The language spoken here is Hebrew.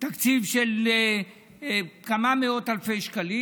ותקציב של כמה מאות אלפי שקלים.